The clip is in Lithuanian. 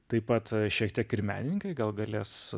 taip pat šiek tiek ir menininkai gal galės